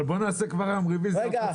אבל בואו נעשה כבר היום רביזיה --- רגע,